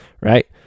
Right